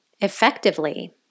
effectively